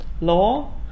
law